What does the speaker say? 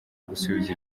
gusubiza